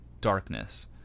darkness